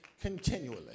continually